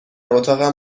اتاقم